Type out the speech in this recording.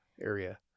area